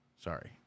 Sorry